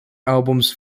albums